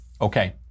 Okay